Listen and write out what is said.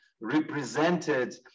represented